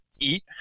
eat